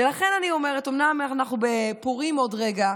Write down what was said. ולכן אני אומרת: אומנם אנחנו בפורים בעוד רגע,